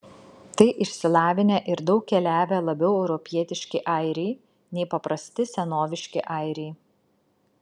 tai išsilavinę ir daug keliavę labiau europietiški airiai nei paprasti senoviški airiai